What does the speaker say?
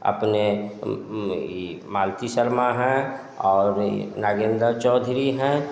अपने ये मालती शर्मा हैं और नागेन्द्र चौधरी हैं